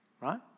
right